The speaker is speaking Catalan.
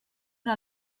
una